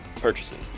purchases